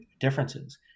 differences